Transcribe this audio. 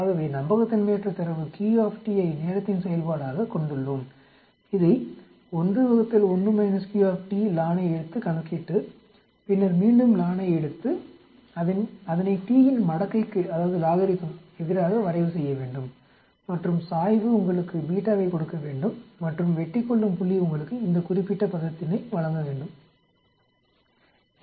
ஆகவே நம்பகத்தன்மையற்ற தரவு q t ஐ நேரத்தின் செயல்பாடாகக் கொண்டுள்ளோம் இதை 1 1 Q ln ஐ எடுத்து கணக்கிட்டு பின்னர் மீண்டும் ln ஐ எடுத்து அதனை t யின் மடக்கைக்கு எதிராக வரைவு செய்ய வேண்டும் மற்றும் சாய்வு உங்களுக்கு βவைக் கொடுக்க வேண்டும் மற்றும் வெட்டிக்கொள்ளும் புள்ளி உங்களுக்கு இந்த குறிப்பிட்ட பதத்தினை வழங்க வேண்டும் சொல்